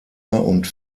und